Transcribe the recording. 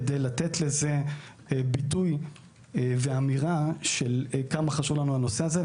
כדי לתת לזה ביטוי ואמירה כמה חשוב לנו הנושא הזה,